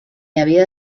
havia